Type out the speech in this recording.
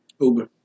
Uber